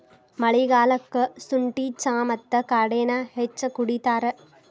ಮಳಿಗಾಲಕ್ಕ ಸುಂಠಿ ಚಾ ಮತ್ತ ಕಾಡೆನಾ ಹೆಚ್ಚ ಕುಡಿತಾರ